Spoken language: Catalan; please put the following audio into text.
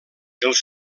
els